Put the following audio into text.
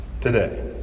today